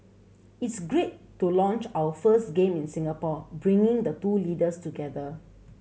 it's great to launch our first game in Singapore bringing the two leaders together